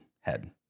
Head